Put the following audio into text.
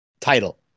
title